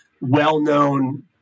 well-known